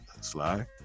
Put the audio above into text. Sly